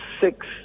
six